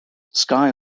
sky